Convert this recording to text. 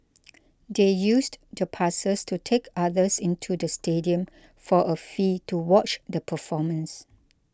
they used the passes to take others into the stadium for a fee to watch the performance